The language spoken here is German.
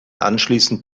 anschließend